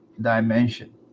dimension